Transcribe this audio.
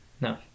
No